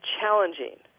challenging